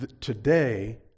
today